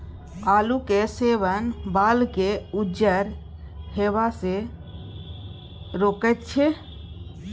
आलूक सेवन बालकेँ उज्जर हेबासँ रोकैत छै